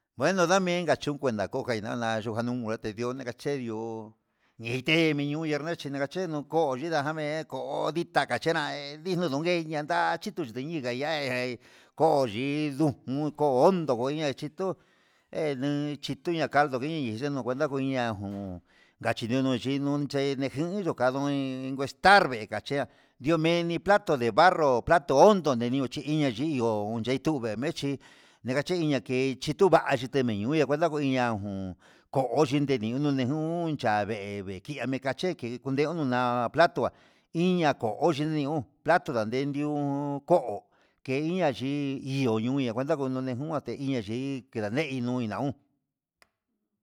Bueno ndamei ngayunka nakokaina na nayojanin ndemete ndi'ó nikache ndi'ó, ité iniu nanrachi na'a kache koo yunajan me'e koo ditá kachena nain junduje nada'a chítu nuchiji nada'a hei koo yidu unkoon ondoña chito'o e lu chitoña caldo, ngueñiñi xeno kuenta nguña'a ajun ngachinunu chindo nujé he ne jin nun kandoi iin cuentar inkaché ña'a ndio meni plato de barro plato ondo neiño hi ihó ho yendu memechí, ndegachi inka chee chituva ndeminiu kuenta oiña jun koo chindedio ndimejun dikache unde una'a platoa iña kuu chinendió koo ke inia chí iho nuu kuenta kono neun inia chí kidaneun ndina uun.